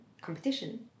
competition